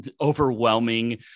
overwhelming